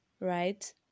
right